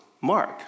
Mark